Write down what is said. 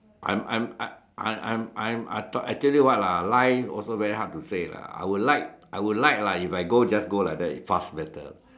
I'm I'm I'm I'm I'm I'm I thought I tell you what lah lie also very hard to say lah I would like I would lah if I go just go like that fast better